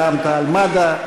רע"ם-תע"ל-מד"ע,